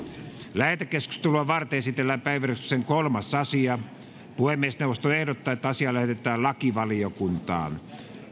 lähetekeskustelua varten esitellään päiväjärjestyksen kolmas asia puhemiesneuvosto ehdottaa että asia lähetetään lakivaliokuntaan